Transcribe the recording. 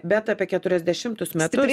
bet apie keturiasdešimtus metus